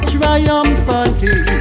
Triumphantly